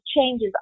changes